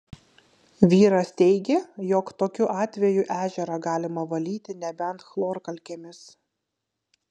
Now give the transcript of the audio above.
vyras teigė jog tokiu atveju ežerą galima valyti nebent chlorkalkėmis